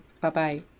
bye-bye